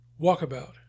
Walkabout